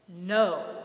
no